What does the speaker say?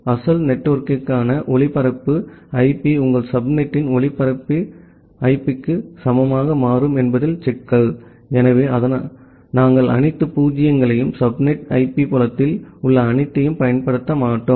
அசல் நெட்வொர்க்கிற்கான ஒளிபரப்பு ஐபி உங்கள் சப்நெட்டின் ஒளிபரப்பு ஐபிக்கு சமமாக மாறும் என்பது சிக்கல் எனவே அதனால்தான் நாங்கள் அனைத்து பூஜ்ஜியங்களையும் சப்நெட் ஐபி புலத்தில் உள்ள அனைத்தையும் பயன்படுத்த மாட்டோம்